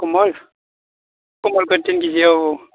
कमल कमलखौ तिन केजि औ औ औ